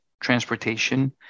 transportation